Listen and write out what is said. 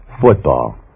football